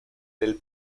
del